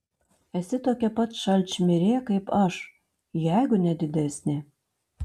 esi tokia pat šalčmirė kaip aš jeigu ne didesnė